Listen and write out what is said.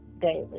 daily